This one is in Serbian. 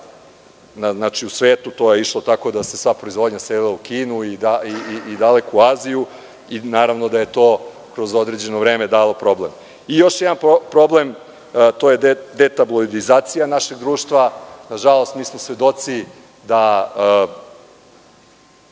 dobara. U svetu je to išlo tako da se sva proizvodnja iselila u Kinu i daleku Aziju i naravno da je to kroz određeno vreme dalo problem. Još jedan problem, to je detabloidizacija našeg društva. Nažalost, mi smo svedoci da